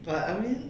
but I mean